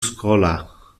schola